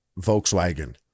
Volkswagen